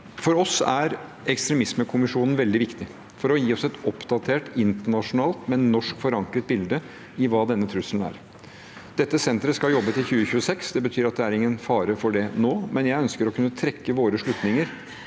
For oss er ekstremismekommisjonen veldig viktig for å gi oss et oppdatert internasjonalt – men norsk forankret – bilde av hva denne trusselen er. Dette senteret skal jobbe til 2026. Det betyr at det er ingen fare for det nå, men jeg ønsker å kunne trekke våre slutninger